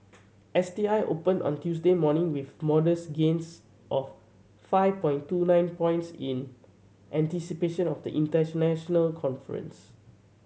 S T I opened on Tuesday morning with modest gains of five point two nine points in anticipation of the international conference